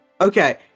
Okay